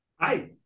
Hi